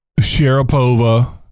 Sharapova